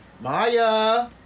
Maya